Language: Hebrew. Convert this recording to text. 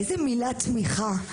איזה מילת תמיכה,